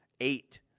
Eight